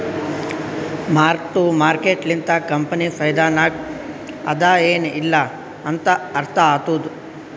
mark to market ಲಿಂತ company ಫೈದಾನಾಗ್ ಅದಾ ಎನ್ ಇಲ್ಲಾ ಅಂತ ಅರ್ಥ ಆತ್ತುದ್